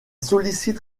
sollicite